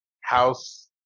House